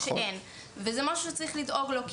זה משהו שצריך לדאוג לו.